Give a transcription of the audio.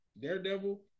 Daredevil